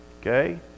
okay